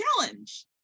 challenge